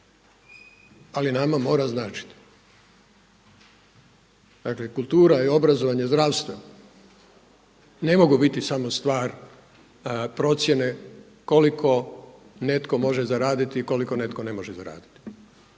ali nama mora značiti. Dakle kultura i obrazovanje, zdravstvo ne mogu biti samo stvar procjene koliko netko može zaraditi, koliko netko ne može zaraditi.